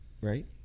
right